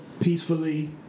peacefully